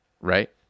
right